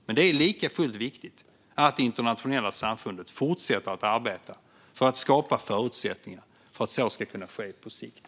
Men det är likafullt viktigt att det internationella samfundet fortsätter att arbeta för att skapa förutsättningar för att så ska kunna ske på sikt.